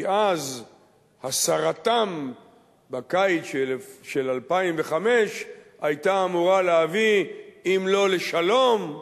כי אז הסרתם בקיץ של 2005 היתה אמורה להביא אם לא לשלום,